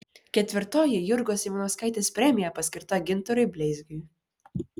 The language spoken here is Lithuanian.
ketvirtoji jurgos ivanauskaitės premija paskirta gintarui bleizgiui